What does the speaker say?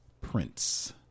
Prince